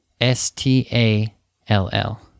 S-T-A-L-L